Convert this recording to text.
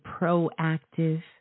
proactive